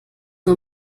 nur